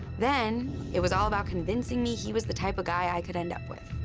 then it was all about convincing me he was the type of guy i could end up with.